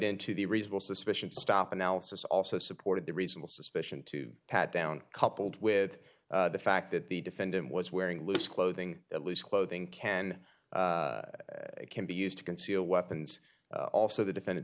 into the reasonable suspicion to stop analysis also supported the reasonable suspicion to pat down coupled with the fact that the defendant was wearing loose clothing at least clothing can can be used to conceal weapons also the defendant